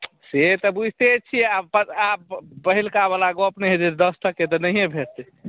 से तऽ बुझिते छियै आब आब पहिलुकावला गप्प नहि हेतै दस टके तऽ नहिए भेटतै